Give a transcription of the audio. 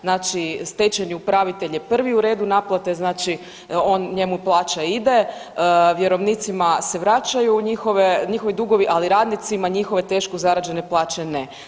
Znači stečajni upravitelj je prvi u redu naplate, znači on, njemu plaća ide, vjerovnicima se vraćaju njihovi dugovi, ali radnicima njihove teško zarađene plaće ne.